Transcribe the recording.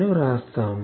అని వ్రాస్తాము